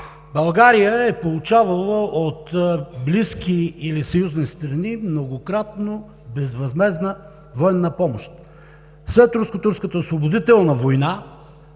България е получавала от близки или съюзни страни многократно безвъзмездна военна помощ. След Руско-турската освободителна война